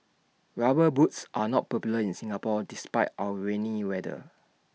rubber boots are not popular in Singapore despite our rainy weather